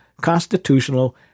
constitutional